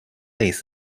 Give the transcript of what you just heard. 类似